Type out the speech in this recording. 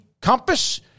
Compass